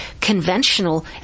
conventional